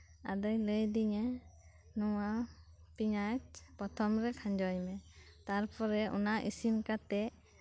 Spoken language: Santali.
ᱟᱫᱚᱭ ᱞᱟᱹᱭ ᱟᱫᱤᱧᱟ ᱱᱚᱶᱟ ᱯᱮᱸᱭᱟᱡᱽ ᱯᱨᱚᱛᱷᱚᱢᱨᱮ ᱠᱷᱟᱸᱡᱚᱭ ᱢᱮ ᱛᱟᱨᱯᱚᱨᱮ ᱚᱱᱟ ᱤᱥᱤᱱ ᱠᱟᱛᱮᱫ